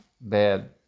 bad